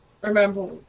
remember